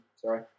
Sorry